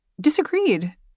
disagreed